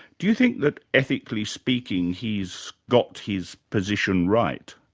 do you think that ethically speaking he's got his position right?